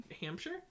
Hampshire